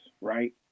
right